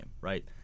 right